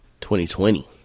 2020